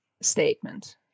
statement